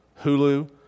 Hulu